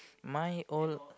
my old